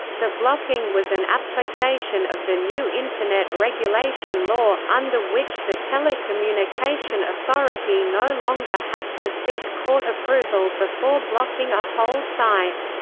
the blocking was an application of the new internet regulation law, under which the telecommunication authority no longer has to seek court approval before blocking a whole site.